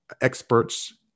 experts